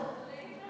את צודקת במאה אחוז.